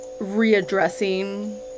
Readdressing